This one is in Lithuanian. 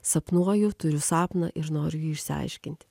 sapnuoju turiu sapną ir noriu jį išsiaiškint